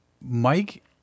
Mike